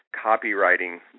copywriting